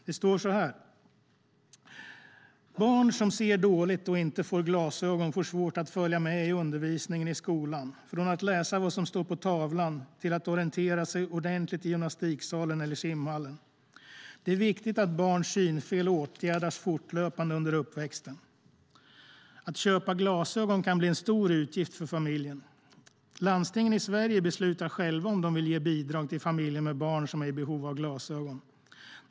Det står: "Barn som ser dåligt och inte får glasögon får svårt att följa med i undervisningen i skolan, från att läsa vad som står på tavlan till att orientera sig ordentligt i gymnastiksalen eller simhallen. Det är viktigt att barns synfel åtgärdas fortlöpande under uppväxten. Att köpa glasögon kan bli en stor utgift för familjen. Landstingen i Sverige beslutar själva om de vill ge bidrag till familjer med barn som är i behov av glasögon.